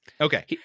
Okay